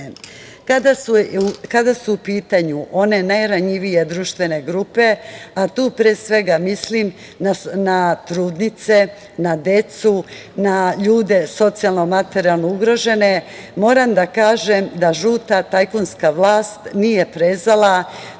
su u pitanju one najranjivije društvene grupe, a tu pre svega mislim na trudnice, na decu, na ljude socijalno materijalno ugrožene, moram da kažem da žuta tajkunska vlast nije prezala